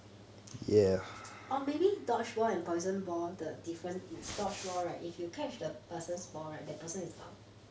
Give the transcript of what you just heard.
or maybe dodge ball and poison ball the difference is dodge ball right if you catch the person's ball right that person is out